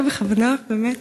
לא בכוונה, באמת.